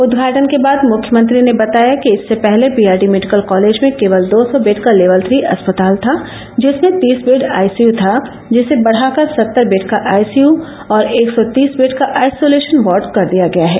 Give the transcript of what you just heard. उदघाटन के बाद मुख्यमंत्री ने बताया कि इससे पहले बीआरडी मेडिकल कॉलेज में केवल दो सौ बेड का लेवल थ्री अस्पताल था जिसमें तीस बेड आईसीय था जिसे बढा कर सत्तर बेड का आईसीय और एक सौ तीस बेड का आइसोलेशन वार्ड कर दिया गया है